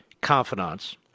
confidants